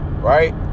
right